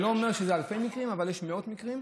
אני לא אומר שיש אלפי מקרים אבל יש מאות מקרים.